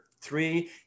three